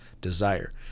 desire